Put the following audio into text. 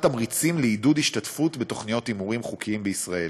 התמריצים לעידוד השתתפות בתוכניות הימורים חוקיים בישראל.